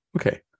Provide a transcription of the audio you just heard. okay